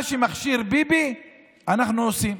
מה שמכשיר ביבי, אנחנו עושים,